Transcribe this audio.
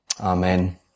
Amen